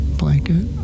blanket